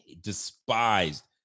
despised